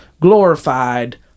glorified